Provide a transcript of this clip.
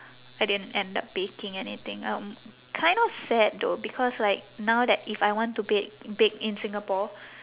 I didn't end up baking anything um kind of sad though because like now that if I want to bake bake in singapore